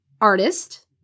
Artist